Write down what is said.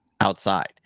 outside